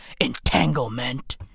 entanglement